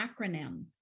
acronym